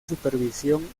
supervisión